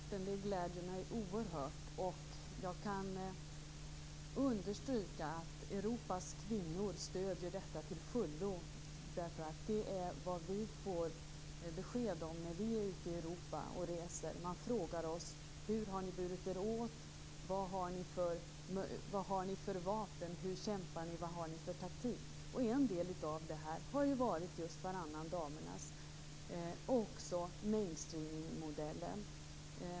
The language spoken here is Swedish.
Fru talman! Det svaret gläder mig oerhört, och jag kan understryka att Europas kvinnor till fullo stöder detta. Det får vi besked om när vi är ute och reser i Europa. Man frågar oss: Hur har ni burit er åt? Vilka vapen har ni? Hur kämpar ni? Vad har ni för taktik? En del av detta har varit just "varannan damernas" men även mainstreaming-modellen.